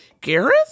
Gareth